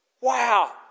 wow